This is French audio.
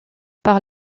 par